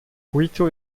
quito